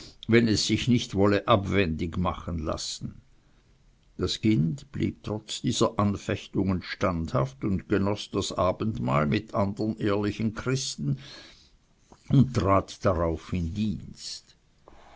wenn es sich nicht wolle abwendig machen lassen das kind blieb trotz aller dieser anfechtungen standhaft und genoß das abendmahl mit andern ehrlichen christen und trat darauf in dienst